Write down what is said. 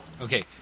Okay